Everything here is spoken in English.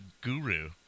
Guru